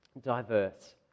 diverse